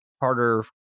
harder